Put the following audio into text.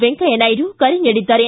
ವೆಂಕಯ್ಯ ನಾಯ್ಡು ಕರೆ ನೀಡಿದ್ದಾರೆ